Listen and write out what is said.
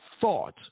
thought